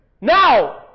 Now